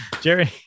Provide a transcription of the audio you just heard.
Jerry